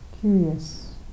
Curious